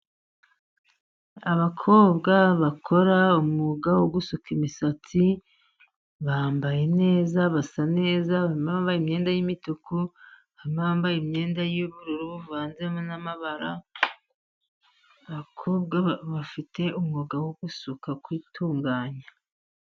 Abakobwa bakora umwuga wo gusuka imisatsi bambaye neza. Basa neza bambaye imyenda y'imituku, bambaye imyenda y'ubururu buvanzemo amabara. Abakobwa bafite umwuga wo gusuka no kwitunganya.